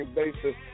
basis